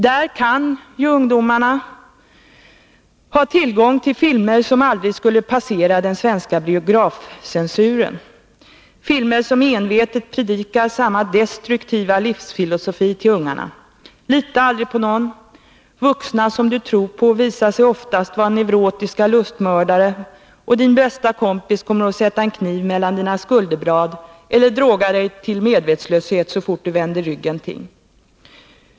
Genom detta kan ungdomarna få tillgång till filmer som aldrig skulle passera den svenska biografcensuren, filmer som envetet predikar samma destruktiva livsfilosofi för ungarna: Lita aldrig på någon, vuxna som du tror på visar sig ofta vara neurotiska lustmördare, och din bästa kompis kommer att sätta en kniv mellan dina skulderblad så fort du vänder ryggen till eller droga dig till medvetslöshet.